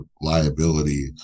liability